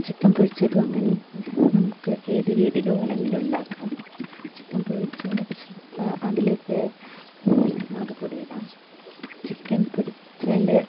chicken പൊരിച്ചതും നമുക്ക് ഏത് രീതിയിൽ വേണമെങ്കിലും ഉണ്ടാക്കാം ചിക്കൻ പൊരിച്ചതിന് കുറച്ച് അതിലേക്ക് മുളക് പൊടിയിടാം ചിക്കൻ പൊരിച്ചതിൻ്റെ